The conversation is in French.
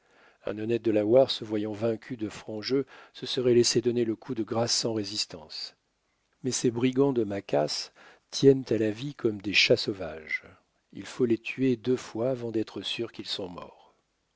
un honnête delaware se voyant vaincu de franc jeu se serait laissé donner le coup de grâce sans résistance mais ces brigands de maquas tiennent à la vie comme des chats sauvages il faut les tuer deux fois avant d'être sûr qu'ils sont morts